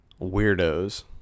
weirdos